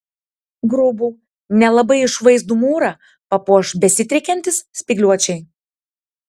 grubų nelabai išvaizdų mūrą papuoš besidriekiantys spygliuočiai